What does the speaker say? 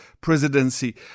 presidency